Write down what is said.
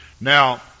Now